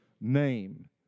name